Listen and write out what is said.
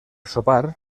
sopar